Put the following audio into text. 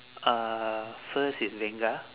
uh first is vanga